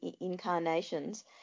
incarnations